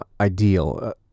ideal